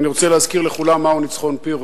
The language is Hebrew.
ואני רוצה להזכיר לכולם מה הוא ניצחון פירוס.